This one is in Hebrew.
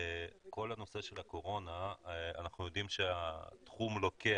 כל הנושא של הקורונה, אנחנו יודעים שהתחום לוקה